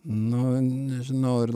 nu nežinau ar